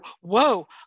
whoa